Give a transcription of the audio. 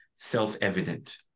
self-evident